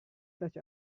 such